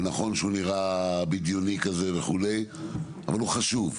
נכון שהוא נראה בדיוני כזה, אבל הוא חשבו.